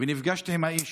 ונפגשתי עם האיש,